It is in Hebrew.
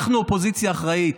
אנחנו אופוזיציה אחראית.